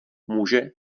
muže